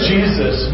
Jesus